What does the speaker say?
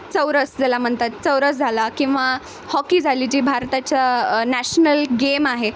चौरस ज्याला म्हणतात चौरस झाला किंवा हॉकी झाली जी भारताच्या नॅशनल गेम आहे